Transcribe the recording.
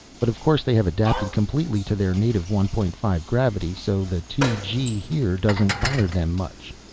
but of course they have adapted completely to their native one point five gravity so the two gee here doesn't bother them much.